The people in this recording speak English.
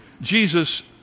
Jesus